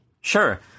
Sure